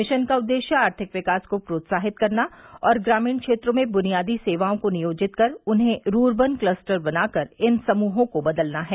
mission का उद्देश्य आर्थिक विकास को प्रोत्साहित करना और ग्रामीण क्षेत्रों में बुनियादी सेवाओं को नियोजित कर उन्हें रुर्बन क्लस्टर बनाकर इन समूहों को बदलना है